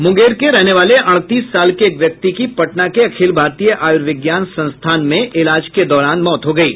मुंगेर को रहने वाले अड़तीस साल के एक व्यक्ति की पटना के अखिल भारतीय आयुर्विज्ञान संस्थान इलाज के दौरान मौत हो गयी